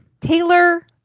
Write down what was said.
Taylor